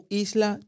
isla